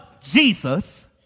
Jesus